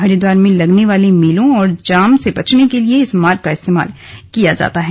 हरिद्वार में लगने वाले मेलो और जाम से बचने के लिए इस मार्ग का इस्तेमाल किया जाता है